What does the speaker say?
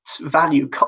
value